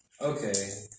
Okay